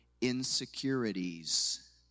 insecurities